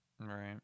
Right